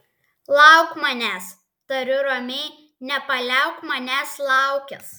lauk manęs tariu ramiai nepaliauk manęs laukęs